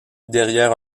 derrière